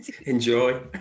Enjoy